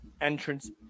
entrance